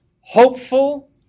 hopeful